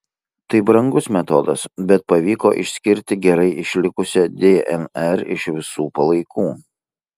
tai brangus metodas bet pavyko išskirti gerai išlikusią dnr iš visų palaikų